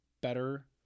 better